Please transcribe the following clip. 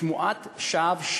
שמועת שווא,